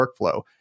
workflow